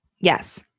yes